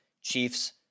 Chiefs